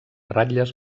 ratlles